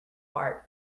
heart